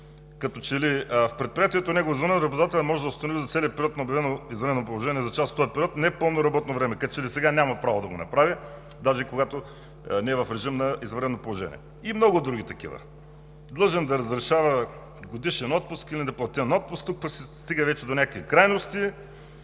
тук. „В предприятието или в негово звено работодателят може да установи за целия период на обявено извънредно положение, или за част от този период, непълно работно време“ – като че ли сега няма право да го направи, а даже и когато не е в режим на извънредно положение?! И много други такива. „Длъжен да разрешава годишен отпуск или неплатен отпуск“ – тук пък се стига вече до някакви крайности